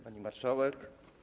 Pani Marszałek!